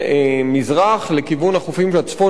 לכיוון החופים הצפון-מערביים של אירופה,